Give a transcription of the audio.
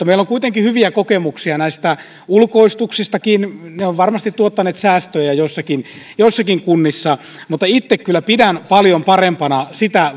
meillä on kuitenkin hyviä kokemuksia näistä ulkoistuksistakin ja ne ovat varmasti tuottaneet säästöjä joissakin joissakin kunnissa mutta itse kyllä pidän paljon parempana sitä